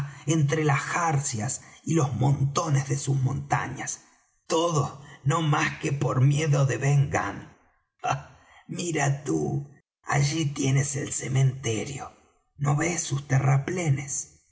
entre las jarcias y los motones de sus montañas todo no más que por miedo de ben gunn ah mira tú allí tienes el cementerio no ves sus terraplenes